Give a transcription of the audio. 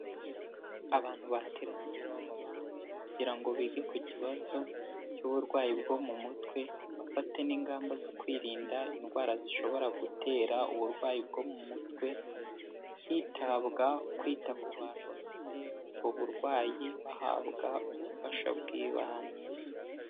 Abantu bateraniye ahantu hamwe, kugira ngo bige ku kibazo cy'uburwayi bwo mu mutwe, bafate n'ingamba zo kwirinda indwara zishobora gutera uburwayi bwo mu mutwe, hitabwa kwita ku bantu bafite ubwo burwayi, bahabwa ubufasha bw'ibanze.